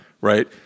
Right